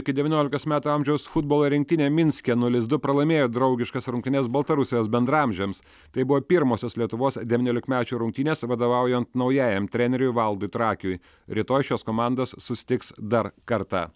iki devyniolikos metų amžiaus futbolo rinktinė minske nulis du pralaimėjo draugiškas rungtynes baltarusijos bendraamžiams tai buvo pirmosios lietuvos devyniolikmečių rungtynės vadovaujant naujajam treneriui valdui trakiui rytoj šios komandos susitiks dar kartą